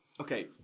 Okay